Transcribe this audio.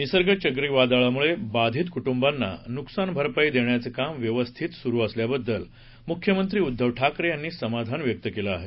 निसर्ग चक्रीवादळामुळे बाधित कुटुंबांना नुकसानभरपाई देण्याचं काम व्यवस्थित सुरु असल्याबद्दल मुख्यमंत्री उद्धव ठाकरे यांनी समाधान व्यक्त केलं आहे